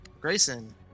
Grayson